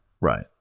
Right